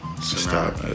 Stop